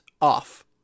off